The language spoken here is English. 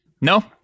no